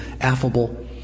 affable